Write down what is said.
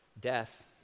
death